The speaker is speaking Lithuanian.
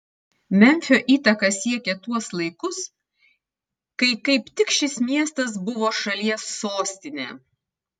memfio įtaka siekė tuos laikus kai kaip tik šis miestas buvo šalies sostinė